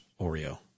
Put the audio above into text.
Oreo